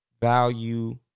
value